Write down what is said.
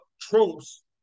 tropes